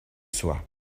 soi